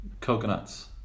coconuts